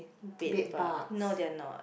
bed bug not they are not